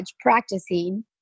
practicing